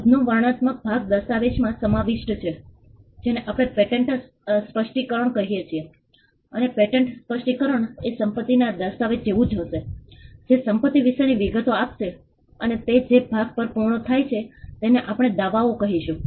શોધનો વર્ણનાત્મક ભાગ દસ્તાવેજમાં સમાવિષ્ટ છે જેને આપણે પેટન્ટ સ્પષ્ટીકરણ કહીએ છીએ અને પેટન્ટ સ્પષ્ટીકરણ એ સંપતિના દસ્તાવેજ જેવું જ હશે જે સંપતિ વિશેની વિગતો આપશે અને તે જે ભાગ પર પૂર્ણ થાય છે તેને આપણે દાવાઓ કહીશું